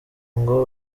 ngo